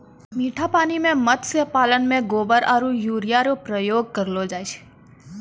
मीठा पानी मे मत्स्य पालन मे गोबर आरु यूरिया रो प्रयोग करलो जाय छै